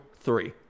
three